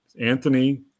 Anthony